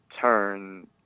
turn